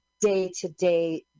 day-to-day